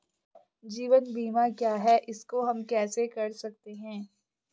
जीवन बीमा क्या है इसको हम कैसे कर सकते हैं?